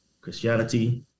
Christianity